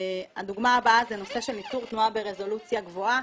הדוגמה הבאה זה נושא של ניטור תנועה ברזולוציה גבוהה,